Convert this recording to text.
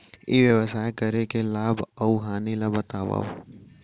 ई व्यवसाय करे के लाभ अऊ हानि ला बतावव?